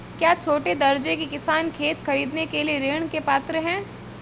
क्या छोटे दर्जे के किसान खेत खरीदने के लिए ऋृण के पात्र हैं?